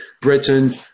Britain